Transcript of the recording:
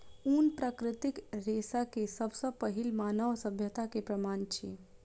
ऊन प्राकृतिक रेशा के सब सॅ पहिल मानव सभ्यता के प्रमाण अछि